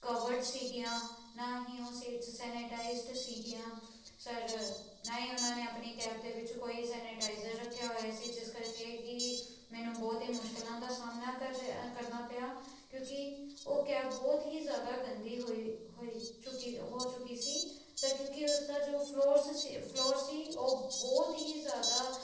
covered ਸੀਗੀਆਂ ਨਾ ਹੀ ਉਹ ਸੀਟ ਸੈਨੀਟਾਈਜਡ ਸੀਗੀਆਂ ਸਰ ਨਾ ਹੀ ਉਹਨਾਂ ਨੇ ਆਪਣੀ ਕੈਬ ਦੇ ਵਿੱਚ ਕੋਈ ਸੈਨੀਟਾਈਜ਼ਰ ਰੱਖਿਆ ਹੋਇਆ ਸੀ ਜਿਸ ਕਰਕੇ ਕਿ ਮੈਨੂੰ ਬਹੁਤ ਹੀ ਮੁਸ਼ਕਿਲਾਂ ਦਾ ਸਾਹਮਣਾ ਕਰ ਕਰਨਾ ਪਿਆ ਕਿਉਂਕਿ ਉਹ ਕੈਬ ਬਹੁਤ ਹੀ ਜ਼ਿਆਦਾ ਗੰਦੀ ਹੋਈ ਹੋਈ ਚੁੱਕੀ ਹੋ ਚੁੱਕੀ ਸੀ ਸਰ ਕਿਉਂਕਿ ਉਸ ਦਾ ਜੋ ਫਲੋਰਸ ਫਲੋਰ ਸੀ ਉਹ ਬਹੁਤ ਹੀ ਜ਼ਿਆਦਾ